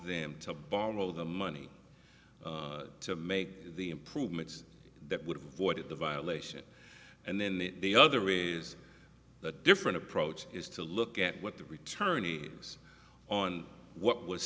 them to borrow the money to make the improvements that would avoid the violation and then that the other reads a different approach is to look at what the return aid was on what was